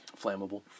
Flammable